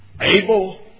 able